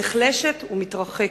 נחלשת ומתרחקת.